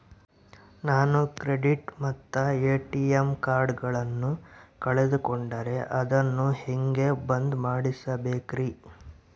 ನಾನು ಕ್ರೆಡಿಟ್ ಮತ್ತ ಎ.ಟಿ.ಎಂ ಕಾರ್ಡಗಳನ್ನು ಕಳಕೊಂಡರೆ ಅದನ್ನು ಹೆಂಗೆ ಬಂದ್ ಮಾಡಿಸಬೇಕ್ರಿ?